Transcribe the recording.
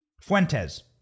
Fuentes